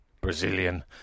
Brazilian